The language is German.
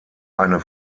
eine